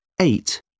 Eight